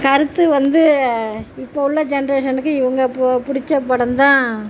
கருத்து வந்து இப்போது உள்ள ஜெனரேஷனுக்கு இங்கே போ பிடிச்ச படம் தான்